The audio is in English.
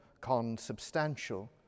consubstantial